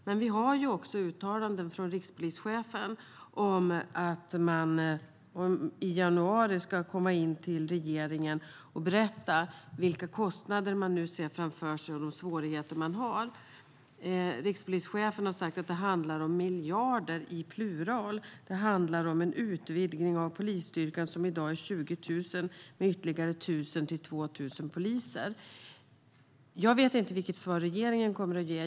Men vi har också uttalanden från rikspolischefen om att man i januari ska komma in till regeringen och berätta vilka kostnader man ser framför sig och de svårigheter som man har. Rikspolischefen har sagt att det handlar om miljarder - i plural: Det handlar om utvidgning av polisstyrkan, som i dag är 20 000, med ytterligare 1 000-2 000 poliser. Jag vet inte vilket svar regeringen kommer att ge.